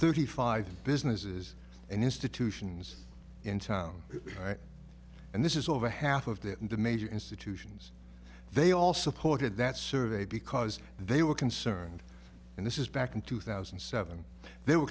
thirty five businesses and institutions in town and this is over half of the major institutions they all supported that survey because they were concerned and this is back in two thousand and seven they were